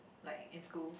like in school